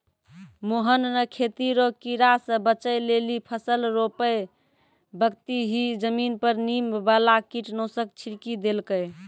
मोहन नॅ खेती रो कीड़ा स बचै लेली फसल रोपै बक्ती हीं जमीन पर नीम वाला कीटनाशक छिड़की देलकै